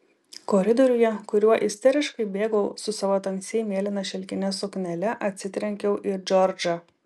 koridoriuje kuriuo isteriškai bėgau su savo tamsiai mėlyna šilkine suknele atsitrenkiau į džordžą